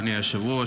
אדוני היושב-ראש,